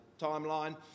timeline